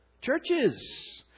Churches